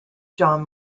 john